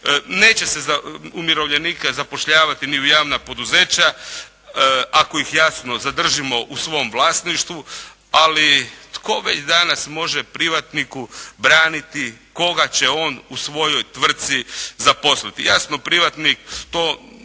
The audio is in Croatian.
Neće se umirovljenika zapošljavati ni u javna poduzeća ako ih jasno zadržimo u svom vlasništvu. Ali tko već danas može privatniku braniti koga će on u svojoj tvrtci zaposliti. Jasno privatnik to